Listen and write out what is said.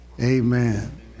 Amen